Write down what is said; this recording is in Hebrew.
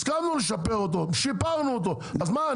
הסכמנו לשפר אותו, שיפרנו אותו, אז מה?